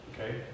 Okay